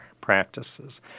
practices